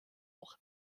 auch